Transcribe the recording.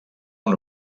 amb